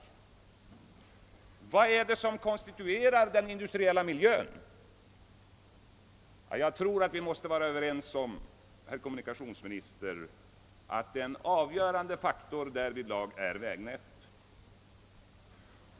Vad är det som konstituerar den industriella miljön? Ja, vi är väl överens om, herr kommunikationsminister, att en avgörande faktor därvidlag är vägnätet.